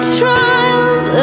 trials